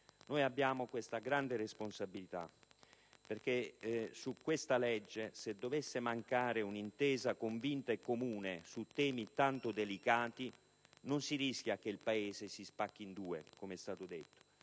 Noi abbiamo questa grande responsabilità perché su questa legge, se dovesse mancare l'intesa convinta e comune su temi tanto delicati, non si rischia che il Paese si spacchi in due ‑ come è stato detto